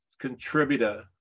contributor